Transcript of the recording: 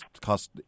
cost